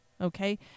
okay